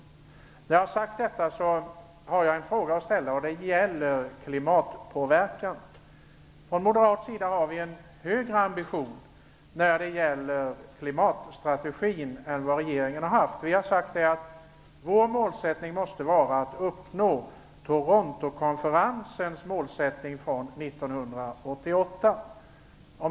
Efter att ha sagt detta har jag en fråga att ställa, en fråga som rör klimatpåverkan. Moderaterna har när det gäller klimatstrategin en högre ambition än vad regeringen har haft. Vi har sagt att vårt mål måste vara att uppnå Torontokonferensens mål från 1988.